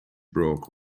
broke